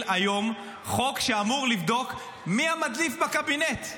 היום חוק שאמור לבדוק מי המדליף בקבינט?